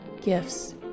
gifts